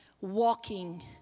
walking